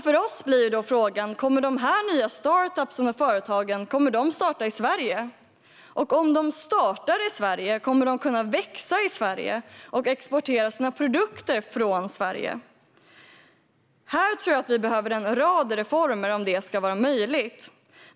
För oss blir frågan: Kommer de startup-företagen att starta i Sverige? Om de startar i Sverige, kommer de att kunna växa i Sverige och exportera sina produkter från Sverige? Här behövs en rad reformer om det ska vara möjligt.